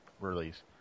release